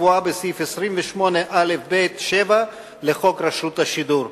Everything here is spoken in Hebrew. הקבועה בסעיף 28א(ב)(7) לחוק רשות השידור.